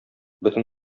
бөтен